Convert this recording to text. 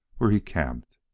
where he camped.